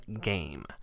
game